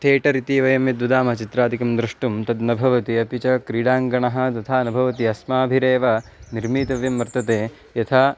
theatre इति वयं यद् वदामः चित्रादिकं द्रष्टुं तद् न भवति अपि च क्रीडाङ्गणः तथा न भवति अस्माभिरेव निर्मितव्यं वर्तते यथा